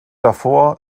davor